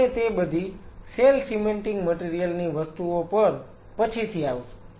આપણે તે બધી સેલ સીમેન્ટિંગ મટીરીયલ ની વસ્તુઓ પર પછીથી આવીશું